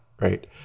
Right